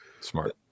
Smart